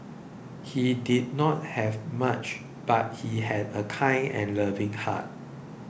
he did not have much but he had a kind and loving heart